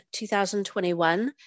2021